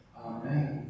Amen